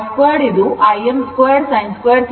ಇದರರ್ಥ i2 ಇದು Im2sin2θ ಗೆ ಸಮಾನವಾಗಿರುತ್ತದೆ